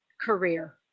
career